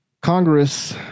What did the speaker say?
Congress